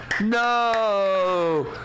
No